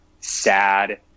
sad